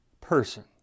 person